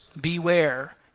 Beware